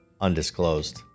undisclosed